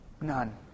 None